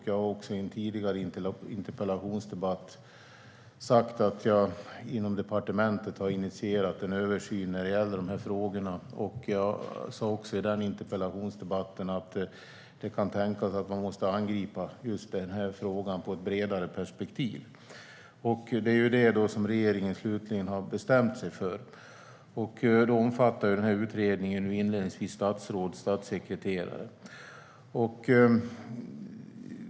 Jag har också i en tidigare interpellationsdebatt sagt att jag inom departementet har initierat en översyn när det gäller de här frågorna. I interpellationsdebatten sa jag också att det kan tänkas att man måste angripa just den här frågan i ett bredare perspektiv, och det är det regeringen slutligen har bestämt sig för. Utredningen omfattar inledningsvis statsråd och statssekreterare.